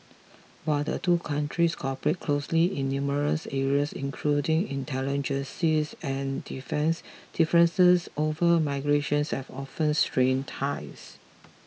while the two countries cooperate closely in numerous areas including intelligences and defence differences over migrations have often strained ties